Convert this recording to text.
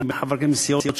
בין חברי כנסת מסיעות שונות.